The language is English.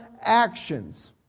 actions